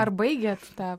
ar baigėt tą